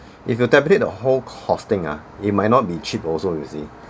if you tabulate the whole costing ah it might not be cheap also you see